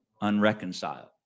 unreconciled